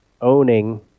owning